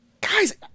guys